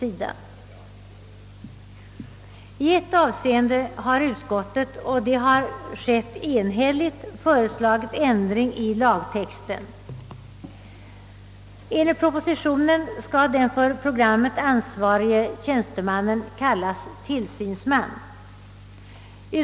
I ett avseende har utskottet enhälligt föreslagit ändring i lagtexten. Enligt propositionen skall den för programmet ansvarige tjänstemannen kallas tillsynsman.